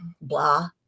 blah